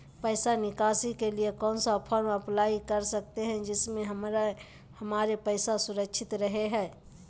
पैसा निकासी के लिए कौन सा फॉर्म अप्लाई कर सकते हैं जिससे हमारे पैसा सुरक्षित रहे हैं?